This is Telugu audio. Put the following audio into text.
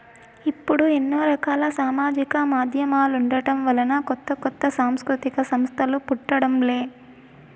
ఇప్పుడు ఎన్నో రకాల సామాజిక మాధ్యమాలుండటం వలన కొత్త కొత్త సాంస్కృతిక సంస్థలు పుట్టడం లే